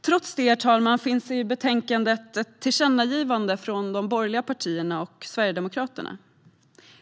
Trots detta, herr talman, finns det i betänkandet ett tillkännagivande från de borgerliga partierna och Sverigedemokraterna.